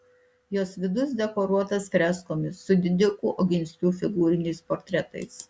jos vidus dekoruotas freskomis su didikų oginskių figūriniais portretais